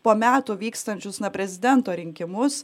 po metų vykstančius prezidento rinkimus